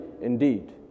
indeed